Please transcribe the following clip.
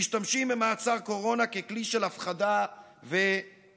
משתמשים במעצר קורונה ככלי של הפחדה וסחיטה.